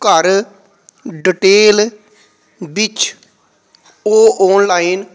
ਘਰ ਡਿਟੇਲ ਵਿੱਚ ਉਹ ਔਨਲਾਈਨ